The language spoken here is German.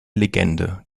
legende